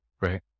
Right